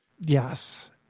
yes